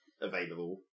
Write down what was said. available